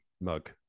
mug